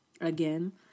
again